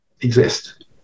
exist